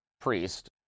priest